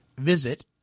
visit